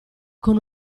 con